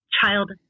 child